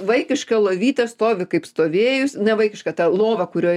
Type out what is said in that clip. vaikiška lovytė stovi kaip stovėjus nevaikiška ta lova kurioj